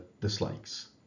dislikes